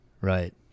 right